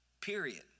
period